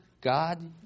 God